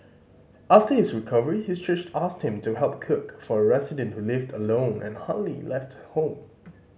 after his recovery his church asked him to help cook for a resident who lived alone and hardly left home